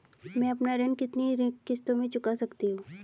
मैं अपना ऋण कितनी किश्तों में चुका सकती हूँ?